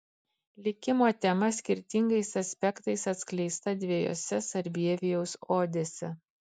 likimo tema skirtingais aspektais atskleista dviejose sarbievijaus odėse